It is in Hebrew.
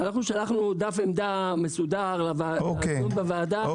אנחנו שלחנו דף עמדה מסודר לוועדה,